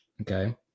okay